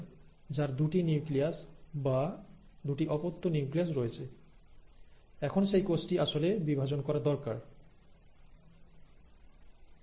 সেন্ট্রিওলের একটি সেট একদিকে যায় তারপরে সেন্ট্রিওল এর অপর সেটটি অন্যদিকে যায় এখন আপনার কাছে একটি কোষ রয়েছে যা দুটি নিউক্লিয়াস বা দুটি ডটার নিউক্লিয়াস পেয়েছে এখন প্রকৃতপক্ষে কোষটির বিভাজন প্রয়োজন